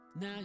Now